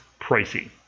pricey